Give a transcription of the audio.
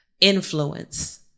influence